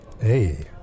Hey